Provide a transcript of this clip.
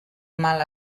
mal